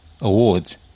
Awards